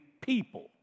people